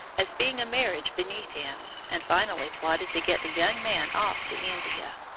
as being a marriage beneath him, and finally plotted to get the young man off to india.